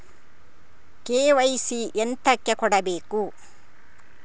KYC ಎಂತಕೆ ಕೊಡ್ಬೇಕು?